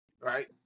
Right